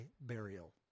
burial